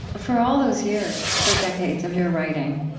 for all those years, for decades of your writing,